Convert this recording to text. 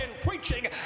preaching